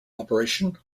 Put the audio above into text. operation